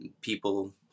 people